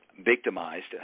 victimized